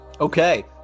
Okay